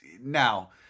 Now